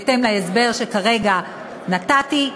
בהתאם להסבר שכרגע נתתי.